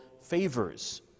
favors